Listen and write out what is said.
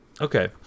Okay